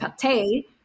pate